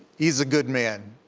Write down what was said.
he's a good man.